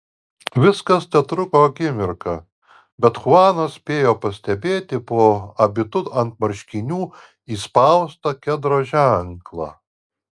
viskas tetruko akimirką bet chuanas spėjo pastebėti po abitu ant marškinių įspaustą kedro ženklą